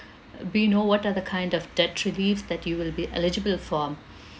be know what are the kind of debt reliefs that you will be eligible for